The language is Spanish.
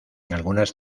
algunas